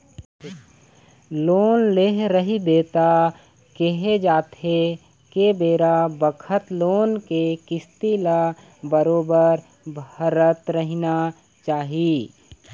loan ले रहिबे त केहे जाथे के बेरा बखत लोन के किस्ती ल बरोबर भरत रहिना चाही